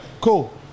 cool